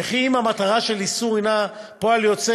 וכי אם המטרה של האיסור היא פועל יוצא